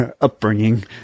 upbringing